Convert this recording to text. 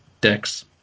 decks